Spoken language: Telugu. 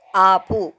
ఆపు